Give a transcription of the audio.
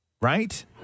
Right